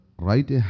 right